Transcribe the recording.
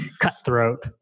cutthroat